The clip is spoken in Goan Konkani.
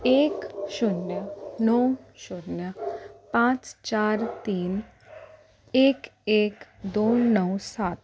एक शुन्य णव शुन्य पांच चार तीन एक एक दोन णव सात